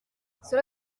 cela